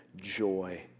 joy